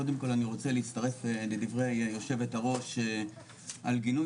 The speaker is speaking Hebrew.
קודם כל אני רוצה להצטרף לדברי יו"ר על גינוי